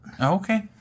Okay